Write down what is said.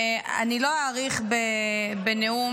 אני לא אאריך בנאום,